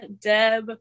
Deb